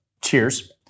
cheers